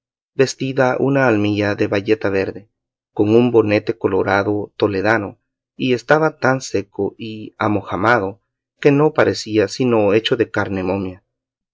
vestida una almilla de bayeta verde con un bonete colorado toledano y estaba tan seco y amojamado que no parecía sino hecho de carne momia